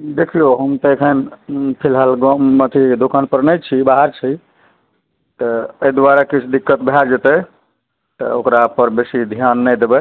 देखियौ हम तऽ एखन फिलहाल गाँव अथी दोकानपर नहि छी बाहर छी तऽ एहि दुआरे किछु दिक्कत भए जेतै तऽ ओकरापर बेसी ध्यान नहि देबै